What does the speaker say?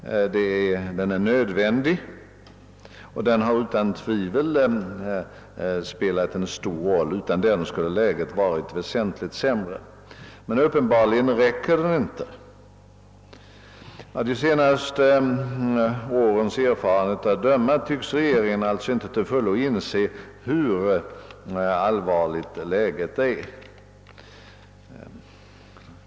Dessa åtgärder är nödvändiga, och de har utan tvivel spelat en stor roll. Utan dem skulle läget ha varit väsentligt sämre, men uppenbarligen räcker de inte. Av de senaste årens erfarenheter att döma tycks regeringen inte till fullo inse hur allvarligt läget är.